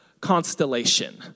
constellation